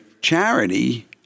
charity